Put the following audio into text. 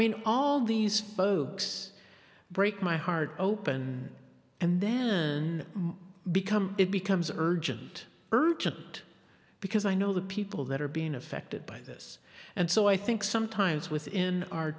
mean all these folks break my heart open and then become it becomes urgent urgent because i know the people that are being affected by this and so i think sometimes within our